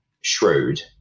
shrewd